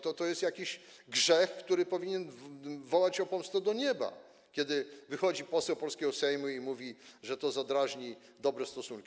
To jest jakiś grzech, który powinien wołać o pomstę do nieba, kiedy wychodzi poseł polskiego Sejmu i mówi, że to zadrażni dobre stosunki.